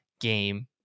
game